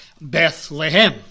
Bethlehem